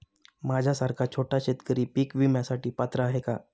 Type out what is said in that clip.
माझ्यासारखा छोटा शेतकरी पीक विम्यासाठी पात्र आहे का?